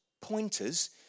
pointers